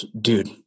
dude